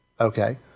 Okay